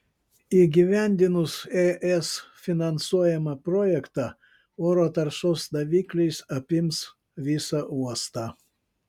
įgyvendinus es finansuojamą projektą oro taršos davikliais apims visą uostą